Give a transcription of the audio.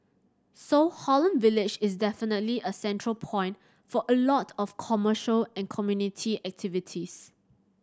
so Holland Village is definitely a central point for a lot of commercial and community activities